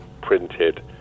printed